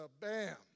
bam